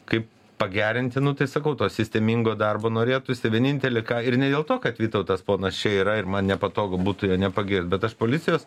kaip pagerinti nu tai sakau to sistemingo darbo norėtųsi vienintelį ką ir ne dėl to kad vytautas ponas čia yra ir man nepatogu būtų jo nepagirt bet aš policijos